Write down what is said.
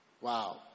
Wow